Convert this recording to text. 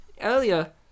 earlier